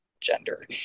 gender